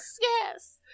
yes